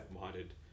minded